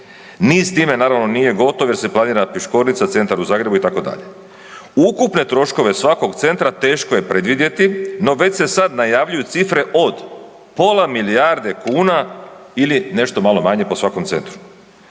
Niz time naravno nije gotov jer se planira Piškorica, centar u Zagrebu itd. Ukupne troškove svakog centra teško je predvidjeti no već se sad najavljuju cifre od pola milijarde kuna ili nešto malo manje po svakom centru.